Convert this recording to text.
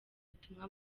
butumwa